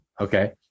Okay